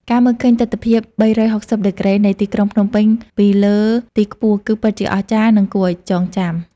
ការមើលឃើញទិដ្ឋភាព ៣៦០ ដឺក្រេនៃទីក្រុងភ្នំពេញពីលើទីខ្ពស់ គឺពិតជាអស្ចារ្យ និងគួរឱ្យចងចាំ។